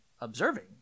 observing